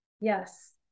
Yes